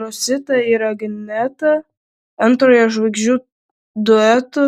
rosita ir agneta antrojo žvaigždžių duetų